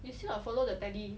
you still got follow the tele